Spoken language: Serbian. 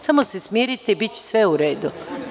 Samo se smirite i biće sve u redu.